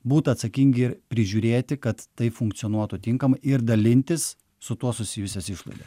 būt atsakingi ir prižiūrėti kad tai funkcionuotų tinkamai ir dalintis su tuo susijusias išlaidas